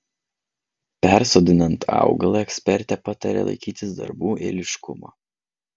persodinant augalą ekspertė pataria laikytis darbų eiliškumo